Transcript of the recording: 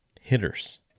hitters